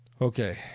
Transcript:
okay